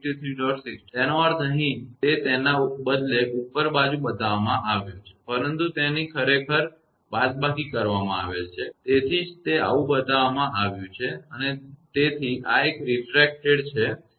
64 છે તેનો અર્થ અહીં તે તેના બદલે ઉપરની બાજુ બતાવવામાં આવ્યો છે પરંતુ તેની ખરેખર બાદબાકીઓછ કરવામાં આવેલ છે તેથી જ તે આવું બતાવવામાં આવ્યું છે અને તેથી આ એક રિફ્રેક્ટેડ છે 36